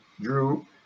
drew